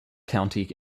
county